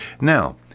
Now